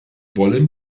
wollen